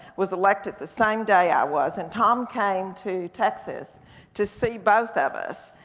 was elected the same day i was, and tom came to texas to see both of us,